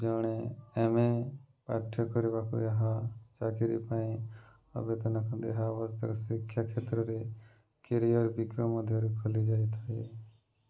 ଜଣେ ଏମ୍ଏ ପାଠ୍ୟ କରିବାକୁ ଏହା ଚାକିରୀ ପାଇଁ ଆବେଦନ କଲେ ଏହା ଅବଶ୍ୟ ଶିକ୍ଷା କ୍ଷେତ୍ରରେ କ୍ୟାରିୟର୍ ମଧ୍ୟରେ ଖୋଲି ଯାଇଥାଏ